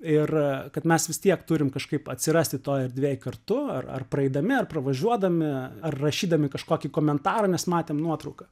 ir kad mes vis tiek turim kažkaip atsirasti toj erdvėj kartu ar ar praeidami ar pravažiuodami ar rašydami kažkokį komentarą nes matėm nuotrauką